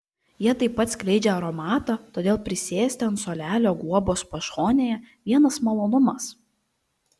jie taip pat skleidžia aromatą todėl prisėsti ant suolelio guobos pašonėje vienas malonumas